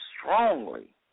strongly